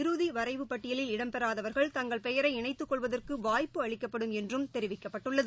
இறுதிவரைவு பட்டியலில் இடம்பெறாதவர்கள் தங்கள் பெயரை இணைத்துக் கொள்வதற்குவாய்ப்பு அளிக்கப்படும் என்றும் தெரிவிக்கப்பட்டுள்ளது